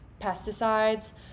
pesticides